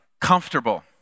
comfortable